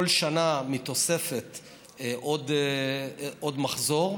כל שנה מתווסף עוד מחזור.